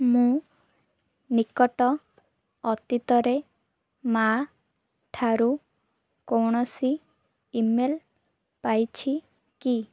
ମୁଁ ନିକଟ ଅତୀତରେ ମା'ଠାରୁ କୌଣସି ଇମେଲ୍ ପାଇଛି କି